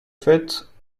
faite